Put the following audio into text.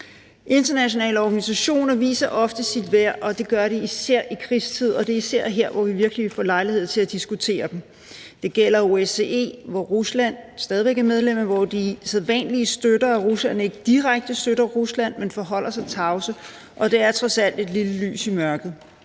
Internationale organisationer viser ofte deres værd, og det gør de især i krigstid, hvor vi virkelig får lejlighed til at diskutere dem. Det gælder OSCE, som Rusland stadig væk er medlem af, og hvor de sædvanlige støtter af Rusland ikke direkte støtter Rusland, men forholder sig tavse, og det er trods alt et lille lys i mørket.